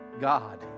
God